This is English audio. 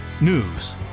News